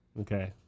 Okay